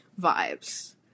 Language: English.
vibes